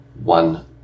one